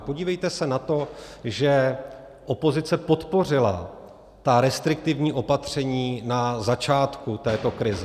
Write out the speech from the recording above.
Podívejte se na to, že opozice podpořila ta restriktivní opatření na začátku této krize.